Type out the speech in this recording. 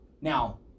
Now